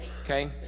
okay